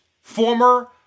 former